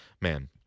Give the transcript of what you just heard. Man